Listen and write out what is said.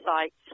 sites